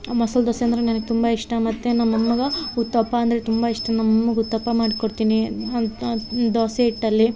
ಮಸಾಲೆ ದೋಸೆ ಅಂದ್ರೆ ನನಗ್ ತುಂಬ ಇಷ್ಟ ಮತ್ತು ನಮ್ಮ ಅಮ್ಮಗೆ ಉತ್ತಪ್ಪ ಅಂದರೆ ತುಂಬ ಇಷ್ಟ ನಮ್ಮಅಮ್ಮಗ್ ಉತ್ತಪ್ಪ ಮಾಡಿಕೊಡ್ತೀನಿ ಅಂತ ದೋಸೆ ಹಿಟ್ಟಲ್ಲಿ